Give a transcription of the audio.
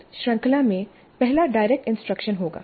इस श्रृंखला में पहला डायरेक्ट इंस्ट्रक्शन होगा